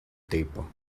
tipo